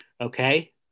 Okay